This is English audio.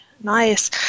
nice